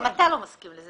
גם אתה לא מסכים בזה.